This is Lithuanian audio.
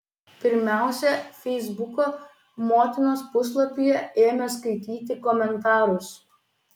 pirmiausia feisbuko motinos puslapyje ėmė skaityti komentarus